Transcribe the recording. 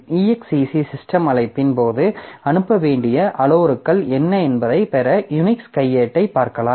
exec system அழைப்பின் போது அனுப்ப வேண்டிய அளவுருக்கள் என்ன என்பதைப் பெற யுனிக்ஸ் கையேட்டைப் பார்க்கலாம்